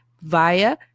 via